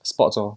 sports lor